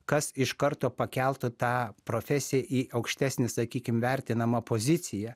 kas iš karto pakeltų tą profesiją į aukštesnį sakykim vertinamą poziciją